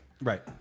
Right